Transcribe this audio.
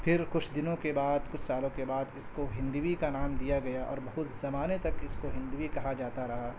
پھر کچھ دنوں کے بعد کچھ سالوں کے بعد اس کو ہندوی کا نام دیا گیا اور بہت زمانے تک اس کو ہندوی کہا جاتا رہا